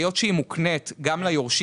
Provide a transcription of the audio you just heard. היות שהיא מוקנית גם ליורשים,